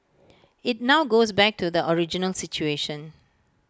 IT now goes back to the original situation